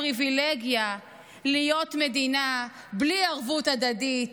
הפריבילגיה להיות מדינה בלי ערבות הדדית